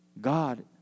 God